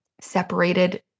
separated